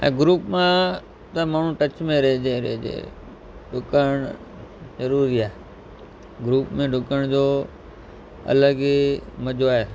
ऐं ग्रुप में त माण्हू टच में रहिजे ई रहिजे डुकणु ज़रूरी आहे ग्रुप में डुकण जो अलॻि ई मज़ो आहे